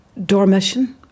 dormition